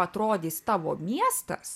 atrodys tavo miestas